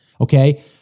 okay